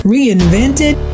Reinvented